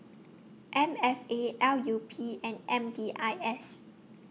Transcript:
M F A L U P and M D I S